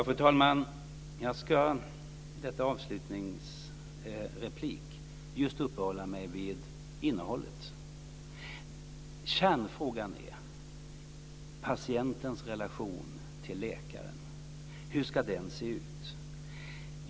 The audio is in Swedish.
Fru talman! Jag ska i detta avslutande inlägg uppehålla mig vid just innehållet. Kärnfrågan är patientens relation till läkaren och hur den ska se ut.